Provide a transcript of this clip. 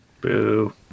Boo